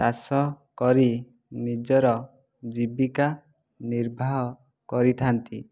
ଚାଷ କରି ନିଜର ଜୀବିକା ନିର୍ବାହ କରିଥା'ନ୍ତି